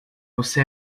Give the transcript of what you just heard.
você